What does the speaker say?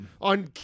on